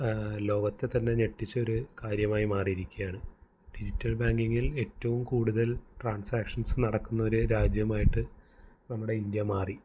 ലോകത്തെ തന്നെ ഞെട്ടിച്ചൊരു കാര്യമായി മാറിയിരിക്കുകയാണ് ഡിജിറ്റൽ ബാങ്കിങ്ങിൽ ഏറ്റവും കൂടുതൽ ട്രാൻസക്ഷൻസ് നടക്കുന്നൊരു രാജ്യമായിട്ട് നമ്മുടെ ഇന്ത്യ മാറി